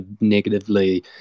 negatively